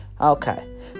Okay